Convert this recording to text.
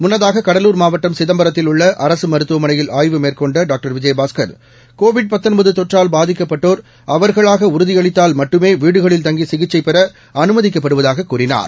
முன்னதாக கடலூர் மாவட்டம் சிதம்பரத்தில் உள்ள அரசு மருத்துவமனையில் ஆய்வு மேற்கொண்ட டாக்டர் கோவிட் தொற்றால் பாதிக்கப்பட்டோர் அவர்களாக உறுதி அளித்தால் மட்டுமே வீடுகளில் தங்கி விஜயபாஸ்கர் சிகிச்சை பெற அனுமதிக்கப்படுவதாக கூறினார்